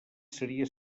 seria